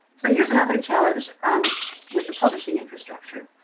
so here's another challenge um with the publishing infrastructure.